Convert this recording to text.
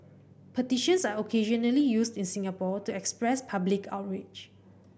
petitions are occasionally used in Singapore to express public outrage